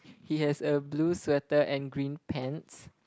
he has a blue sweater and green pants